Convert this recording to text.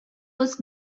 was